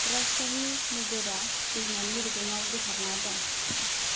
राजशाही नोगोरा दैमानि रुगुङाव गोसारना दं